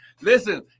Listen